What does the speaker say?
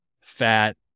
fat